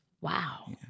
Wow